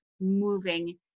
moving